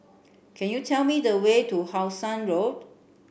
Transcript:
can you tell me the way to How Sun Road